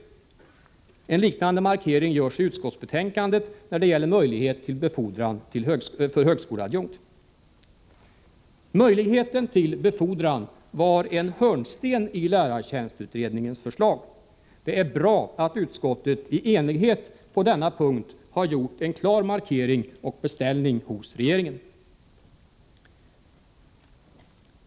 En liknande markering görs i utskottsbetänkandet när det gäller möjlighet till befordran för högskoleadjunkt. Möjligheten till befordran var en hörnsten i lärartjänstutredningens förslag. Det är bra att utskottet på denna punkt i enighet har gjort en klar markering och en beställning hos regeringen.